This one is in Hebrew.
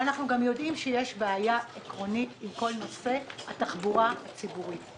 ואנחנו גם יודעים שיש בעיה עקרונית עם כל נושא התחבורה הציבורית.